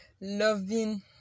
loving